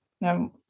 Now